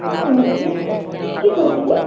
ହଁ ଅଛି କିଏ କହୁଥିଲେ